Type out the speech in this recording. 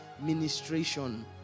ministration